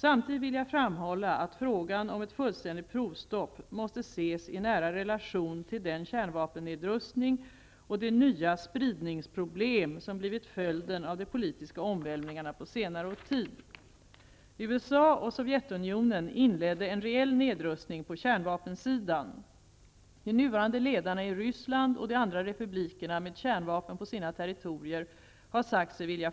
Samtidigt vill jag framhålla att frågan om ett fullständigt provstopp måste ses i nära relation till den kärnvapennedrustning och de nya spridningsproblem som blivit följden av de politiska omvälvningarna på senare tid. USA och Sovjetunionen inledde en reell nedrustning på kärnvapensidan. De nuvarande ledarna i Ryssland och de andra republikerna med kärnvapen på sina territorier har sagt sig vilja